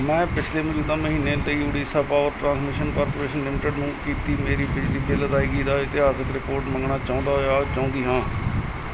ਮੈਂ ਪਿਛਲੇ ਮੌਜੂਦਾ ਮਹੀਨਾ ਲਈ Odisha power transmission corporation limited ਨੂੰ ਕੀਤੀ ਮੇਰੀ ਬਿਜਲੀ ਬਿੱਲ ਅਦਾਇਗੀ ਦਾ ਇਤਿਹਾਸਕ ਰਿਪੋਰਟ ਮੰਗਣਾ ਚਾਹੁੰਦਾ ਜਾਂ ਚਾਹੁੰਦੀ ਹਾਂ